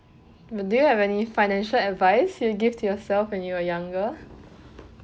do you have any financial advice you give to yourself when you were younger